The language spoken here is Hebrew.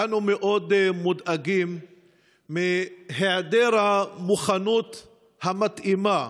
ואנו מאוד מודאגים מהיעדר המוכנות המתאימה,